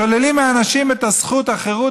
שוללים מאנשים את הזכות לחירות,